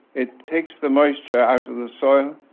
it takes the moisture out of the soil.